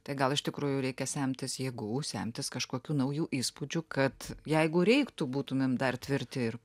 tai gal iš tikrųjų reikia semtis jėgų semtis kažkokių naujų įspūdžių kad jeigu reiktų būtumėm dar tvirti ir